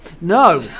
No